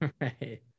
Right